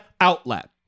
outlet